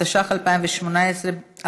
התשע"ח 2018,